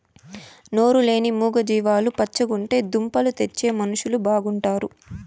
నోరు లేని మూగ జీవాలు పచ్చగుంటే దుంపలు తెచ్చే మనుషులు బాగుంటారు